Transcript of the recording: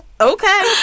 Okay